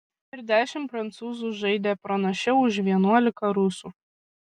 ir dešimt prancūzų žaidė pranašiau už vienuolika rusų